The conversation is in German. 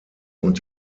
und